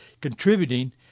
contributing